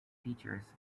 features